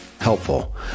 helpful